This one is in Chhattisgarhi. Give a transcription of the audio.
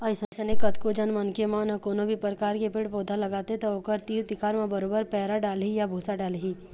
अइसने कतको झन मनखे मन ह कोनो भी परकार के पेड़ पउधा लगाथे त ओखर तीर तिखार म बरोबर पैरा डालही या भूसा डालही